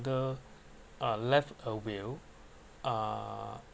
the uh left a will uh